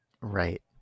right